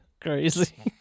crazy